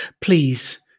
Please